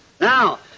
Now